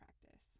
practice